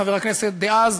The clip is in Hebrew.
חבר הכנסת דאז,